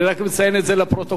אני רק מציין את זה לפרוטוקול.